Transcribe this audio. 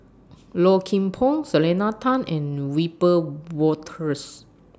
Low Kim Pong Selena Tan and Wiebe Wolters